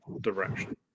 direction